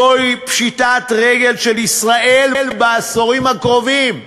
זוהי פשיטת רגל של ישראל בעשורים הקרובים.